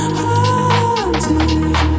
haunted